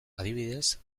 adibidez